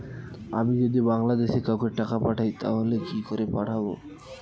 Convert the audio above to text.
আমি যদি বাংলাদেশে কাউকে টাকা পাঠাই তাহলে কি করে পাঠাবো?